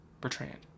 Bertrand